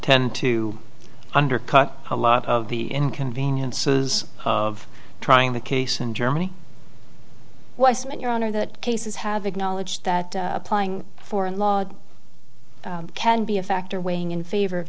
tend to undercut a lot of the inconveniences of trying the case in germany weissmann your honor that cases have acknowledged that applying foreign law can be a factor weighing in favor of